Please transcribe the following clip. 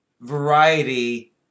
variety